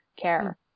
care